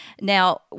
Now